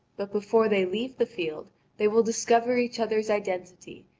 but before they leave the field they will discover each other's identity,